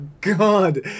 God